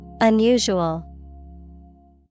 Unusual